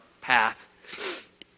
path